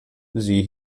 sie